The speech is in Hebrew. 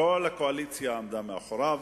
כל הקואליציה עמדה מאחוריו.